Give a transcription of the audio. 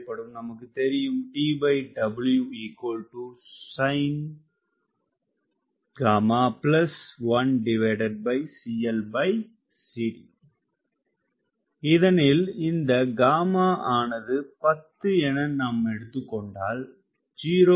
நமக்கு தெரியும் இதனில் இந்த γ ஆனது 10 என நாம் எடுத்துக்கொண்டால் 0